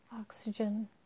oxygen